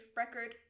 record